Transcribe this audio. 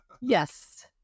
Yes